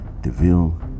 DeVille